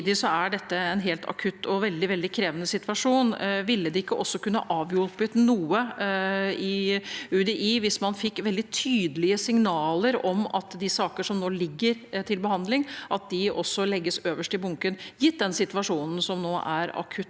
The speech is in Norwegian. Samtidig er dette en helt akutt og veldig krevende situasjon. Ville det ikke kunne avhjulpet noe i UDI hvis man fikk veldig tydelige signaler om at de sakene som nå ligger til behandling, legges øverst i bunken gitt den situasjonen som nå er akutt